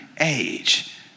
age